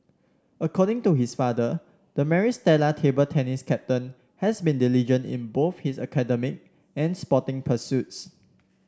according to his father the Maris Stella table tennis captain has been diligent in both his academic and sporting pursuits